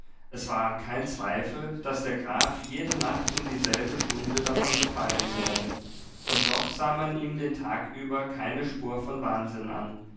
es war kein zweifel daß der graf jede nacht um dieselbe stunde davon befallen werde und doch sah man ihm den tag über keine spur von wahnsinn an